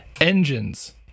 engines